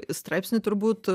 straipsniai turbūt